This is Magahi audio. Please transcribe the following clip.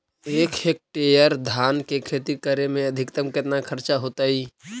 एक हेक्टेयर धान के खेती करे में अधिकतम केतना खर्चा होतइ?